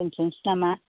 दोनथ'नोसै नामा